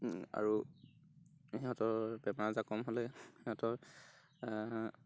আৰু সিহঁতৰ বেমাৰ আজাৰ কম হ'লে সিহঁতৰ